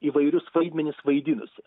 įvairius vaidmenis vaidinusi